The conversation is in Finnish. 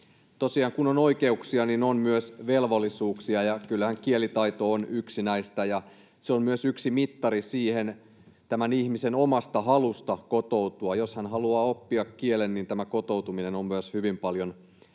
kun on oikeuksia, niin on myös velvollisuuksia, ja kyllähän kielitaito on yksi näistä. Se on myös yksi mittari ihmisen omasta halusta kotoutua. Jos hän haluaa oppia kielen, niin kotoutuminen on myös hyvin paljon helpompaa.